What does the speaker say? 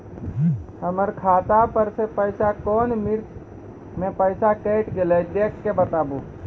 हमर खाता पर से पैसा कौन मिर्ची मे पैसा कैट गेलौ देख के बताबू?